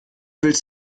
willst